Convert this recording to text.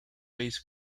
based